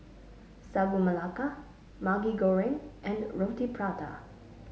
Sagu Melaka Maggi Goreng and Roti Prata